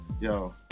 Yo